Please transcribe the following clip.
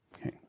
Okay